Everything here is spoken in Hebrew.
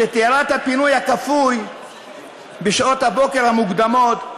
כשתיארה את הפינוי הכפוי בשעות הבוקר המוקדמות,